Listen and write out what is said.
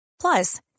Plus